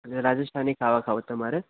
રાજસ્થાની ખાવાનું ખાવું છે તમારે